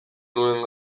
nuen